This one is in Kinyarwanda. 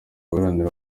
guharanira